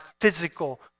physical